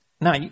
Now